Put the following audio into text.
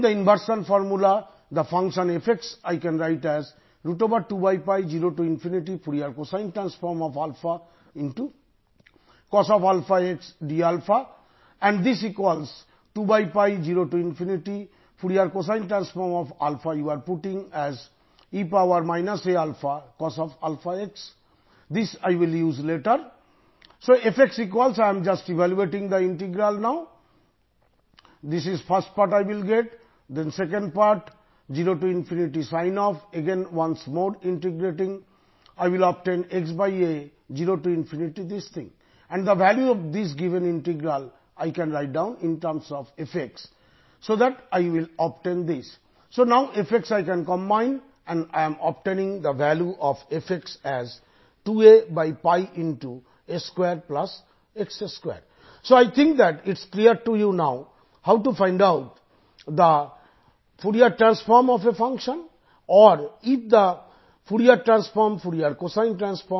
இங்கே நாம் ஒரு ஃபங்ஷனின் ஐ எவ்வாறு கண்டுபிடிப்பது என்பதை பற்றியும் விவாதித்தோம்